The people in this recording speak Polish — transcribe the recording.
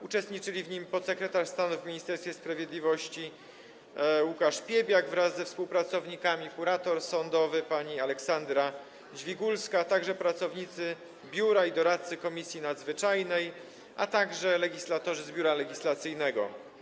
Uczestniczyli w nim podsekretarz stanu w Ministerstwie Sprawiedliwości Łukasz Piebiak wraz ze współpracownikami, kurator sądowy pani Aleksandra Dźwigulska, pracownicy biura i doradcy Komisji Nadzwyczajnej, a także legislatorzy z Biura Legislacyjnego.